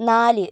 നാല്